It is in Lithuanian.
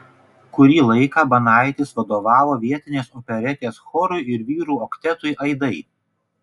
kurį laiką banaitis vadovavo vietinės operetės chorui ir vyrų oktetui aidai